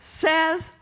says